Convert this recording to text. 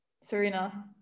Serena